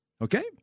okay